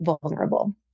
vulnerable